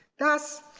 thus,